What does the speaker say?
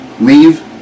Leave